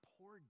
poor